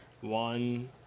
One